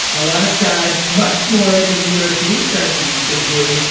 a lot of time, much more than the european countries are doing.